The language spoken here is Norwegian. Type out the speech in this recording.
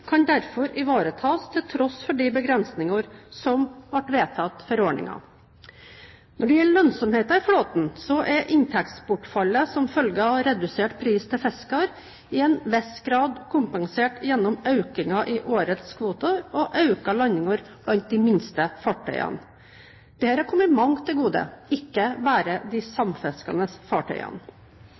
kan derfor ivaretas til tross for de begrensningene som ble vedtatt for ordningen. Når det gjelder lønnsomheten i flåten, er inntektsbortfallet som følge av redusert pris til fisker til en viss grad kompensert gjennom økningen i årets kvoter og økte landinger blant de minste fartøyene. Dette har kommet mange til gode, ikke bare de samfiskende fartøyene.